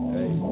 Hey